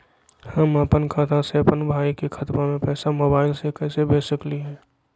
हम अपन खाता से अपन भाई के खतवा में पैसा मोबाईल से कैसे भेज सकली हई?